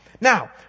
now